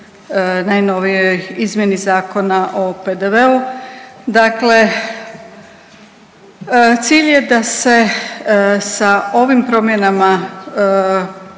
najnovijoj izmjeni Zakona o PDV-u. Dakle, cilj je da se sa ovim promjenama